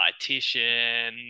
dietitian